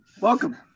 Welcome